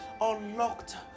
Unlocked